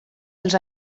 els